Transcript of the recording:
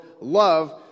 love